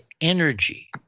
energy